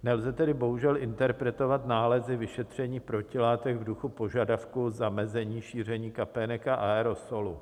Nelze tedy bohužel interpretovat nálezy vyšetření protilátek v duchu požadavku zamezení šíření kapének a aerosolu.